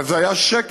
אבל זה היה שקר,